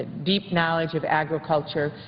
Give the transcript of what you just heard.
deep knowledge of agriculture,